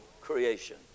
creation